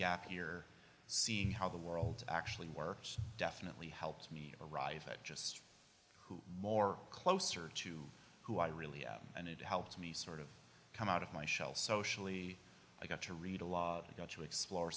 gap here seeing how the world actually works definitely helps me arrive at just more closer to who i really and it helped me sort of come out of my shell socially i got to read a lot got to explore